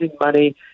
money